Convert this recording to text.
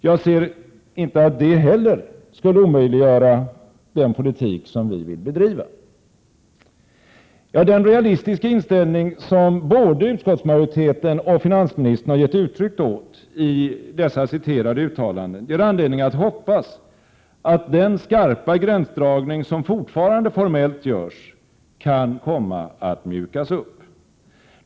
Jag ser inte att det heller skulle omöjliggöra den politik som vi vill bedriva.” Den realistiska inställning som både utskottsmajoriteten och finansministern har gett uttryck åt i dessa citerade uttalanden ger anledning att hoppas att den skarpa gränsdragning som fortfarande formellt görs kan komma att mjukas upp.